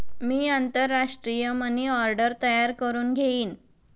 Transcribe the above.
मी आंतरराष्ट्रीय money order तयार करुन घेईन